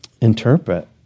interpret